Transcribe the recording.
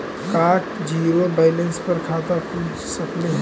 का zero balance पर खाता खुल सकले हे?